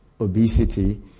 obesity